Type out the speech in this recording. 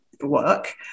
work